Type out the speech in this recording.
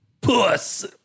Puss